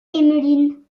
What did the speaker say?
emmeline